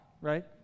right